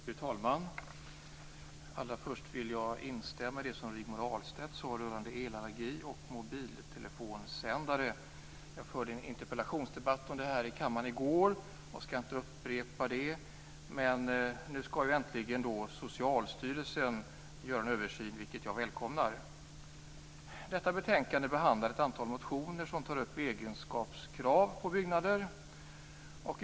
Fru talman! Allra först vill jag instämma i det Rigmor Ahlstedt sade om elallergi och mobiltelefonsändare. Jag förde en interpellationsdebatt om det här i kammaren i går. Jag skall inte upprepa det jag då sade. Men nu skall äntligen Socialstyrelsen göra en översyn, vilket jag välkomnar. Detta betänkande behandlar ett antal motioner som tar upp egenskapskrav på byggnader.